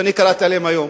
שאני קראתי עליהן היום.